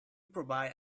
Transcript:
provide